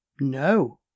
No